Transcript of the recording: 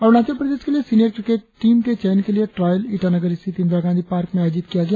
अरुणाचल प्रदेश के लिए senior cricket team के चयन के लिए ट्रायल ईटानगर स्थिति इंदिरा गांधी पार्क में आयोजित किया गया